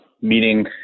meeting